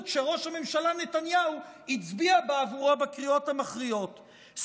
שראש הממשלה נתניהו הצביע בעבורו בקריאות המכריעות,